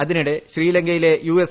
അതിനിടെ ശ്രീലങ്കയിലെ ്യുഎസ്